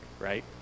right